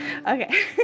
Okay